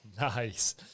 Nice